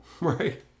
Right